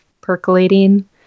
percolating